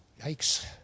Yikes